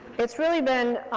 it's really been,